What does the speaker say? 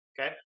Okay